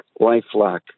LifeLock